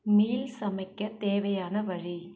meal சமைக்க தேவையான வழி